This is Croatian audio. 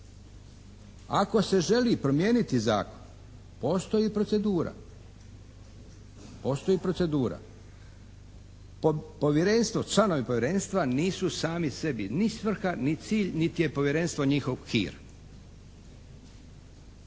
Ako se želi promijeniti zakon, postoji procedura. Postoji procedura. Povjerenstvo, članovi povjerenstva nisu sami sebi ni svrha ni cilj nit je Povjerenstvo njihov hir.